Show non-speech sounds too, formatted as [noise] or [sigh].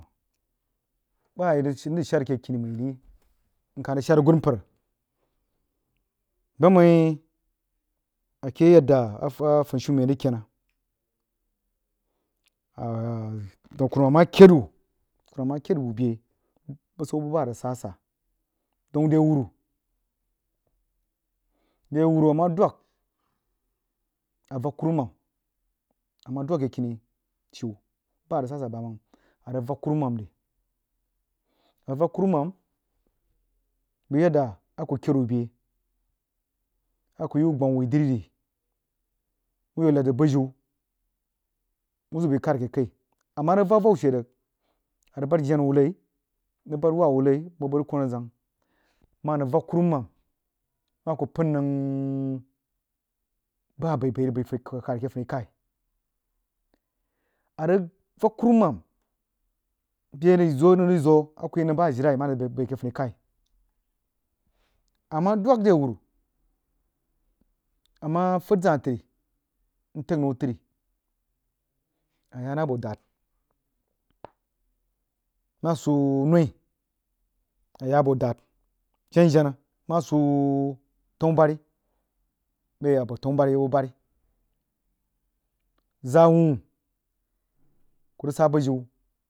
Bah yi mrig shad ake kini məi ri nkah rig shad agunpər buh onəi ake yadda a funishemen rig kennah [hesitation] daun kurumam mah kəid whu kurumam mah kəid wuh be busan buba arig sah-sah daun rewuru, rewuru a mah dwag avag kurumam a mah dwag ke kini shiu baha rig sah-sah bamang a rig vag kurumam ri a rig vak kurumam bəg yad a kud həid wuh bəa a kuh yi wuh gbama wui dri ri wuh yau lad zəg bujiu muh zəg bəg khad ake kəi a mah rig vak avou she rig a rig bahd jenah wuh lai, mrig bahd waa-wuh lai mho bəg rig kwa azang mah anəng vak kurumam mah a kuh pən nəng ba abai-bai a rig bəi a funikhaw kaidri ake funikhaw a rig vak kurumam bəa ri zəu a nəng rig zwah a kuh yi nəng bah ajilai anən bəa ake funikhai a mah dwag rewuru a mah fəd zah tri ntəg nou tri a yah na abo daad mahsoo noi a yah boh daad jen-jenah mah soo tanubari bəg ye yah boh tanubari zag wuh kuh rig sa bujiu